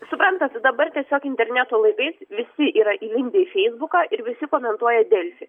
suprantat dabar tiesiog interneto laikais visi yra įlindę į feisbuką ir visi komentuoja delfi